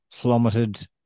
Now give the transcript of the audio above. plummeted